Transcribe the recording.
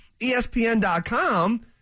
ESPN.com